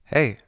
Hey